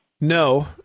No